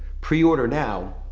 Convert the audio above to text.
pre order now,